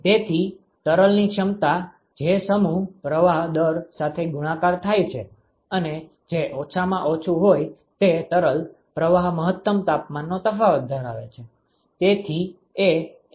તેથી તરલની ક્ષમતા જે સમૂહ પ્રવાહ દર સાથે ગુણાકાર થાય છે અને જે ઓછામાં ઓછું હોય તે તરલ પ્રવાહ મહત્તમ તાપમાનનો તફાવત ધરાવે છે